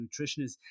nutritionists